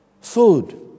food